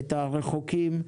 את הרחוקים.